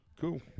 cool